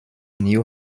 new